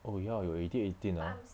oh ya you already eighteen ah